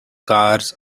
cars